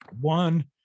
One